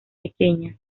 pequeña